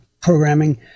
programming